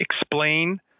explain